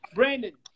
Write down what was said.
Brandon